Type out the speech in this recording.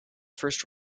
first